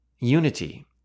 unity